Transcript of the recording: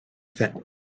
fit